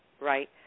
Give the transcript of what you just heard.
right